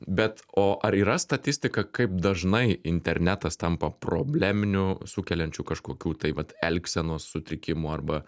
bet o ar yra statistika kaip dažnai internetas tampa probleminiu sukeliančiu kažkokių tai vat elgsenos sutrikimų arba